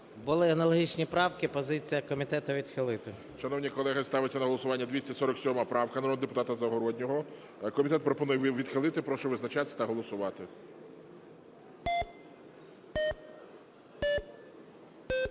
Були аналогічні правки. Позиція комітету – відхилити.